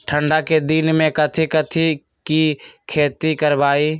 ठंडा के दिन में कथी कथी की खेती करवाई?